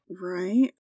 right